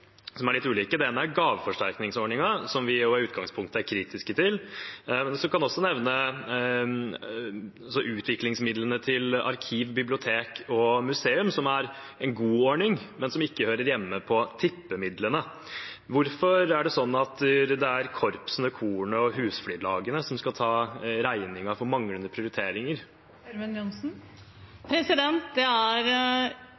som er litt ulike. Det ene er gaveforsterkningsordningen, som vi jo i utgangspunktet er kritiske til. Så kan jeg også nevne utviklingsmidlene til arkiv, bibliotek og museum, som er en god ordning, men som ikke hører hjemme i tippemidlene. Hvorfor er det sånn at det er korpsene, korene og husflidslagene som skal ta regningen for manglende prioriteringer?